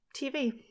TV